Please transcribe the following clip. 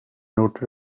noted